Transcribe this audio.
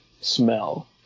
smell